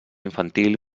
infantil